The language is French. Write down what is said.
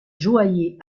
joaillier